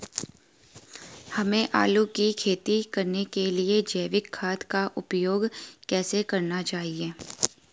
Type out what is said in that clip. हमें आलू की खेती करने के लिए जैविक खाद का उपयोग कैसे करना चाहिए?